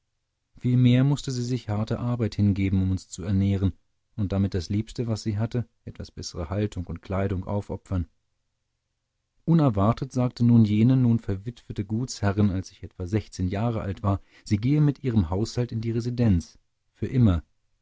vielmehr mußte sie sich harter arbeit hingeben um uns zu ernähren und damit das liebste was sie hatte etwas bessere haltung und kleidung aufopfern unerwartet sagte nun jene inzwischen verwitwete gutsherrin als ich etwa sechzehn jahre alt war sie gehe mit ihrem haushalt in die residenz für immer